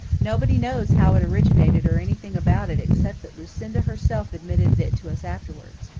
nobody knows how it originated or anything about it except that lucinda herself admitted it to us afterwards.